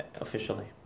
officially